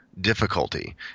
difficulty